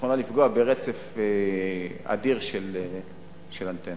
יכולה לפגוע ברצף אדיר של אנטנות.